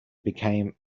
became